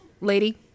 Lady